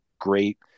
great